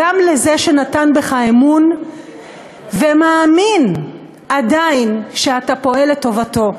גם לזה שנתן בך אמון ומאמין עדיין שאתה פועל לטובתו.